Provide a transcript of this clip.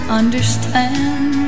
understand